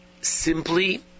simply